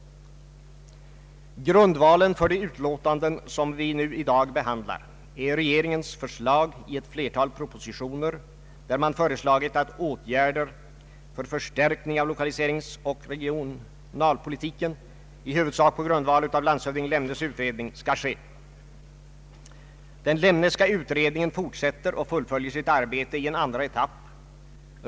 Grundvalen för de utlåtanden som vi i dag behandlar är regeringens förslag i ett flertal propositioner, där man föreslagit att åtgärder för förstärkning av lokaliseringsoch regionalpolitiken, i huvudsak på grundval av landshövding Lemnes utredning, skall ske. Den Lemneska utredningen fortsätter och fullföljer sitt arbete i en andra etapp.